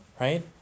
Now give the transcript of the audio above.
right